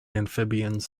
amphibians